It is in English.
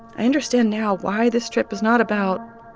i understand now why this trip is not about